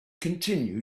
continue